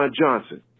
Johnson